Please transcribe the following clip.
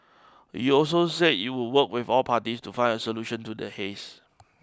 it also said it would work with all parties to find a solution to the haze